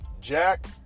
Jack